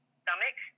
stomach